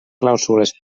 clàusules